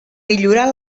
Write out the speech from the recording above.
millorar